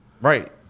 Right